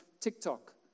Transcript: TikTok